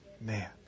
man